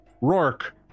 Rourke